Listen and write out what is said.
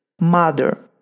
mother